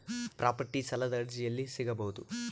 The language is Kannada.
ಪ್ರಾಪರ್ಟಿ ಸಾಲದ ಅರ್ಜಿ ಎಲ್ಲಿ ಸಿಗಬಹುದು?